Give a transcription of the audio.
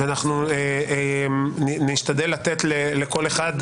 ואנחנו נשתדל לתת לכל אחד,